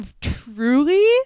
truly